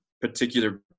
particular